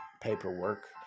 paperwork